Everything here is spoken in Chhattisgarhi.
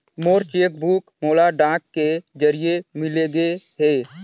मोर चेक बुक मोला डाक के जरिए मिलगे हे